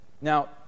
Now